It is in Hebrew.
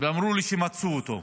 ואמרו לי שמצאו אותו.